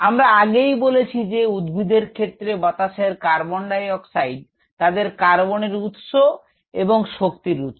আমরা আগেই বলেছি যে উদ্ভিদের ক্ষেত্রে বাতাসের কার্বন ডাইঅক্সাইড তাদের কার্বনের উৎস এবং শক্তির উৎস